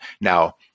Now